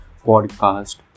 podcast